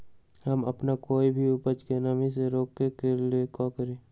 हम अपना कोई भी उपज के नमी से रोके के ले का करी?